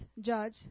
judge